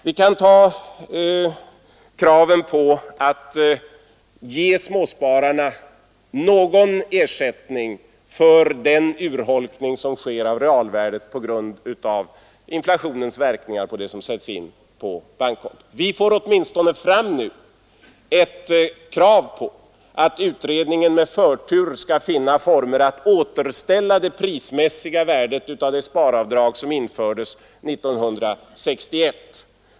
Vi kan ta kravet på att ge småspararna någon ersättning för den urholkning av realvärdet som sker på grund av inflationens verkningar på det som sätts in på bankkonton. Vi får åtminstone nu fram ett krav på att utredningen med förtur skall finna former att återställa det prismässiga värdet av det sparavdrag som infördes 1961.